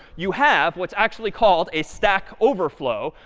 you have what's actually called a stack overflow.